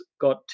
got